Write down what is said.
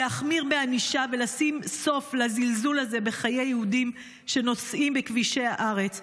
להחמיר בענישה ולשים סוף לזלזול הזה בחיי יהודים שנוסעים בכבישי הארץ.